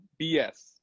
BS